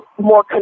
more